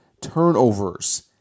turnovers